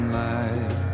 life